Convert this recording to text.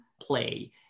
play